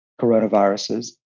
coronaviruses